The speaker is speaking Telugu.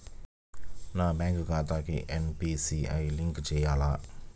నా బ్యాంక్ ఖాతాకి ఎన్.పీ.సి.ఐ లింక్ చేయాలా?